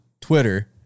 twitter